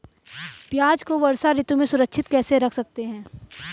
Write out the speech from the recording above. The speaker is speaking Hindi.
प्याज़ को वर्षा ऋतु में सुरक्षित कैसे रख सकते हैं?